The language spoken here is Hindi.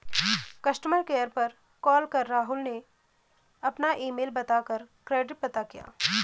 कस्टमर केयर पर कॉल कर राहुल ने अपना ईमेल बता कर क्रेडिट पता किया